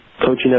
coaching